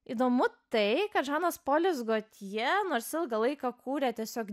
įdomu tai kad žanas polis gotje nors ilgą laiką kūrė tiesiog